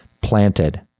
planted